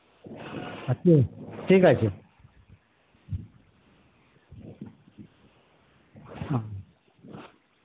আজকে ঠিক আছে